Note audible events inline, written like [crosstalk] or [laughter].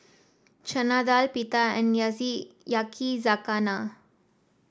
Chana Dal Pita and [unintelligible] Yakizakana